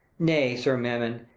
nay, sir mammon,